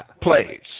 place